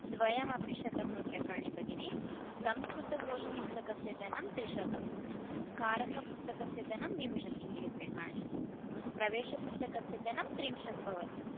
द्वयमपि शतं रूप्यकाणि भगिनि संस्कृतकोशपुस्तकस्य धनं त्रिशतं कारकपुस्तकस्य धनं विंशतिः रूप्यकाणि प्रवेशपुस्तकस्य धनं त्रिंशत् भवति